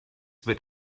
but